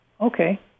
Okay